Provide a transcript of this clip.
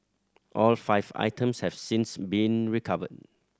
all five items have since been recovered